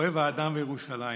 אוהב האדם וירושלים.